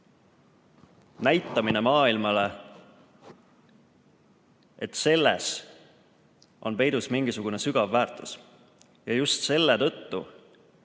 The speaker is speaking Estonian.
näitamine maailmale, et selles on peidus mingisugune sügav väärtus. Ja just selle tõttu